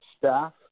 staff